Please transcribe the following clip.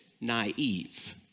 naive